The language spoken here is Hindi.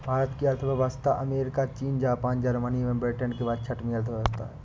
भारत की अर्थव्यवस्था अमेरिका, चीन, जापान, जर्मनी एवं ब्रिटेन के बाद छठी अर्थव्यवस्था है